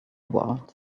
world